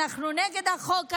אנחנו נגד החוק הזה,